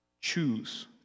Choose